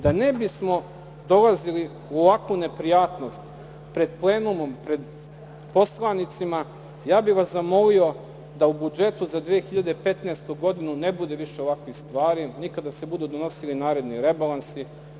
Da nebismo dolazili u ovakvu neprijatnost pred plenumom, pred poslanicima, ja bih vas zamolio da u budžetu za 2015. godinu ne bude više ovakvih stvari ni kada se budu donosili naredni rebalansi.